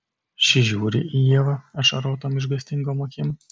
ši žiūri į ievą ašarotom išgąstingom akim